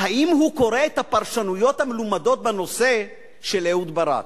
האם הוא קורא את הפרשנויות המלומדות בנושא אהוד ברק?